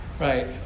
Right